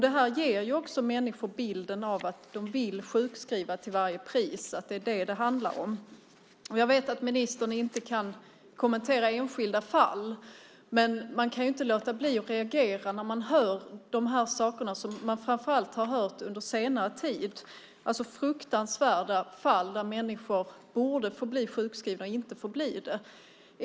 Det här ger människor bilden av att de vill sjukskriva till varje pris och att det handlar om det. Jag vet att ministern inte kan kommentera enskilda fall, men man kan inte låta bli att reagera när man hör sådant som har framkommit framför allt på senare tid. Det är fruktansvärda fall där människor borde få bli sjukskrivna men inte får bli det.